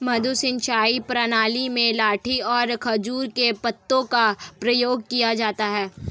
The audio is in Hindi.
मद्दू सिंचाई प्रणाली में लाठी और खजूर के पत्तों का प्रयोग किया जाता है